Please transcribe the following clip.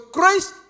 Christ